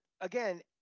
again